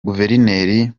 guverineri